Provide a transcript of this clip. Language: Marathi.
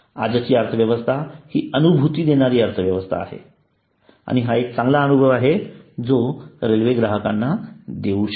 आजची अर्थव्यवस्था हि अनुभूती देणारी अर्थव्यवस्था आहे आणि हा एक चांगला अनुभव आहे जो रेल्वे ग्राहकांना देऊ शकते